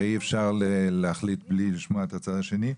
הרי אי אפשר להחליט בלי לשמוע את הצד השני.